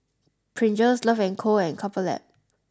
Pringles Love and Co and Couple Lab